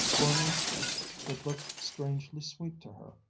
for an instant it looked strangely sweet to her.